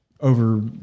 over